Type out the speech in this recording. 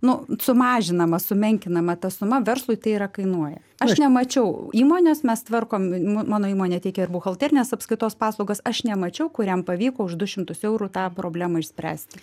nu sumažinama sumenkinama ta suma verslui tai yra kainuoja aš nemačiau įmonės mes tvarkom mano įmonė teikia buhalterinės apskaitos paslaugas aš nemačiau kuriam pavyko už du šimtus eurų tą problemą išspręsti